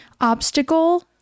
obstacle